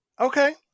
Okay